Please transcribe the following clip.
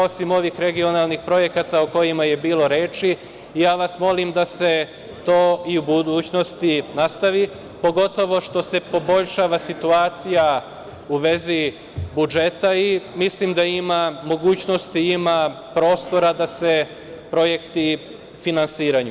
Osim ovih regionalnih projekata o kojima je bilo reči, ja vas molim da se to i u budućnosti nastavi, pogotovo što se poboljšava situacija u vezi budžeta i mislim da ima mogućnosti, ima prostora da se projekti finansiraju.